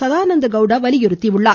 சதானந்த கவுடா வலியுறுத்தியுள்ளார்